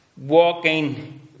walking